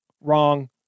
wrong